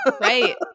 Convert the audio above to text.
Right